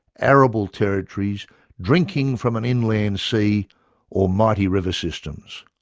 arable territories drinking from an inland sea or mighty river systems.